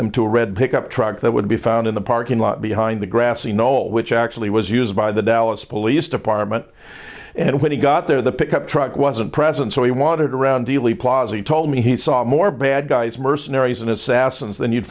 them to a red pickup truck that would be found in the parking lot behind the grassy knoll which actually was used by the dallas police department and when he got there the pickup truck wasn't present so he wandered around dealey plaza he told me he saw more bad guys mercenary as an assassin's than you'd